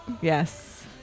Yes